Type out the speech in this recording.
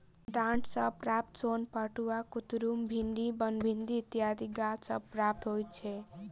डांट सॅ प्राप्त सोन पटुआ, कुतरुम, भिंडी, बनभिंडी इत्यादि गाछ सॅ प्राप्त होइत छै